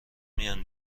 میان